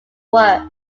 work